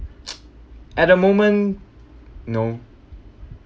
at the moment no